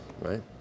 right